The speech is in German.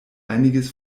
einiges